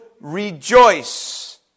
rejoice